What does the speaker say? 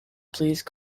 please